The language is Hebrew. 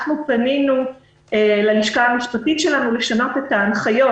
פנינו ללשכה המשפטית שלנו לשנות את ההנחיות,